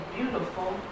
beautiful